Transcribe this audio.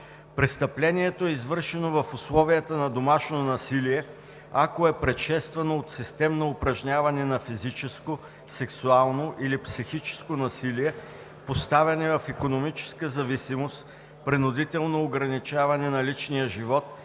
Престъплението е извършено „в условията на домашно насилие“, ако е предшествано от системно упражняване на физическо, сексуално или психическо насилие, поставяне в икономическа зависимост, принудително ограничаване на личния живот,